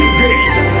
gate